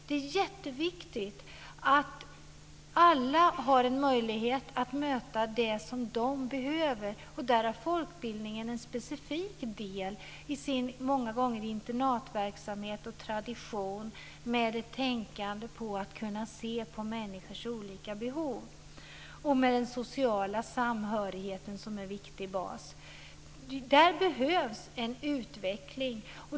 Det är jätteviktigt att alla har en möjlighet att möta det som de behöver. Där är folkbildningen en specifik del. Många gånger har de en internatverksamhet och en tradition. De tänker på att kunna se på människors olika behov och har också den sociala samhörigheten som en viktig bas. Där behövs en utveckling.